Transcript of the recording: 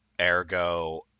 Ergo